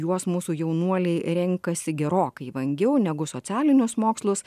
juos mūsų jaunuoliai renkasi gerokai vangiau negu socialinius mokslus